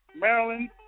Maryland